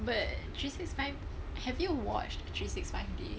but three six five have you watched the three six five day